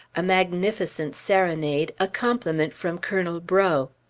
a magnificent serenade, a compliment from colonel breaux.